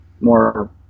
more